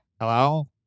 Hello